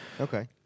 okay